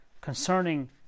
concerning